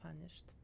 punished